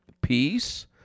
peace